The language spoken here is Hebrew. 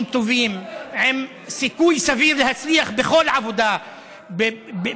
טובים עם סיכוי סביר להצליח בכל עבודה במשפטים.